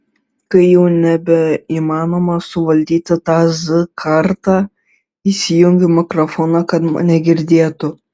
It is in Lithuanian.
kai jau nebeįmanoma suvaldyti tą z kartą įsijungiu mikrofoną kad mane girdėtų